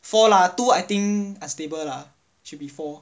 four lah two I think unstable lah should be four